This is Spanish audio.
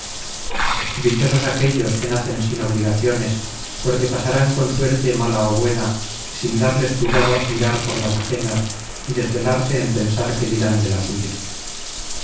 dichosos aquellos que nacen sin obligaciones porque pasarán con suerte mala o buena sin darles cuidado mirar por las ajenas y desvelarse en pensar qué dirán de la suya